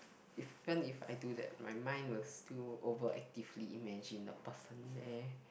even if I do that my mind will still over actively imagine the person there